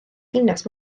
dinas